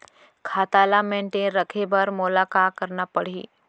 खाता ल मेनटेन रखे बर मोला का करना पड़ही?